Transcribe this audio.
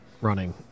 running